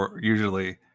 usually